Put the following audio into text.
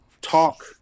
talk